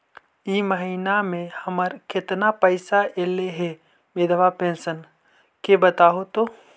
इ महिना मे हमर केतना पैसा ऐले हे बिधबा पेंसन के बताहु तो?